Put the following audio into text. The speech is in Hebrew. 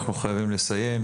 אנחנו חייבים לסיים,